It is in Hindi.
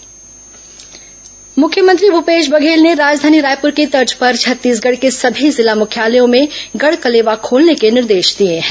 जनचौपाल मुख्यमंत्री भूपेश बघेल ने राजधानी रायपुर की तर्ज पर छत्तीसगढ़ के सभी जिला मुख्यालयों में गढ़ कलेवा खोलने के निर्देश दिए है